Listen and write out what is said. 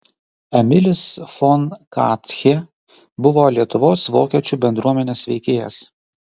emilis fon katchė buvo lietuvos vokiečių bendruomenės veikėjas